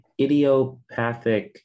idiopathic